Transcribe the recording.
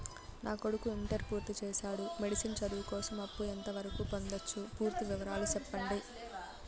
నా కొడుకు ఇంటర్ పూర్తి చేసాడు, మెడిసిన్ చదువు కోసం అప్పు ఎంత వరకు పొందొచ్చు? పూర్తి వివరాలు సెప్పండీ?